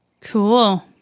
Cool